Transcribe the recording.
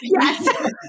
Yes